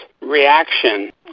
reaction